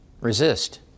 resist